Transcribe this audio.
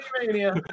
Mania